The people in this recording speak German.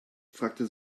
fragte